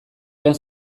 joan